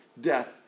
death